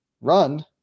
run